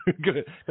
Good